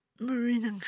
Marina